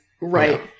right